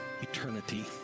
eternity